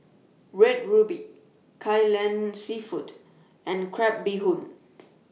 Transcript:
Red Ruby Kai Lan Seafood and Crab Bee Hoon